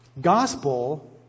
Gospel